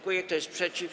Kto jest przeciw?